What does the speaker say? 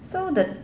so the